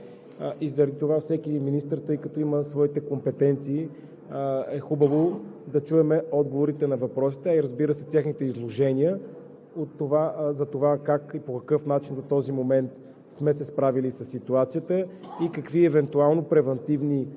трябва да има комплексно решение на всички тези поставени въпроси. Заради това от всеки министър, тъй като има своите компетенции, е хубаво да чуем отговорите на въпросите, а и техните изложения за това как и по какъв начин до този момент